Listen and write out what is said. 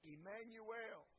Emmanuel